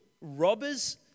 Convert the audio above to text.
Robbers